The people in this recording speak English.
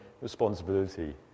responsibility